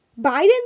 Biden